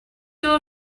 girl